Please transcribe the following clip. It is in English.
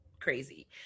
crazy